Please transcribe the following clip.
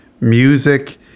music